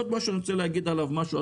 עוד משהו שאני רוצה להגיד עליו משהו,